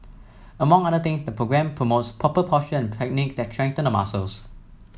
among other things the programme promotes proper postures and techniques that strengthen the muscles